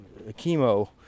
chemo